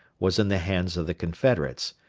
was in the hands of the confederates,